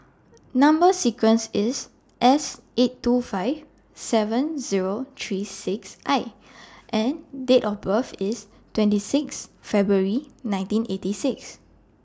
Number sequence IS S eight two five seven Zero three six I and Date of birth IS twenty six February nineteen eighty six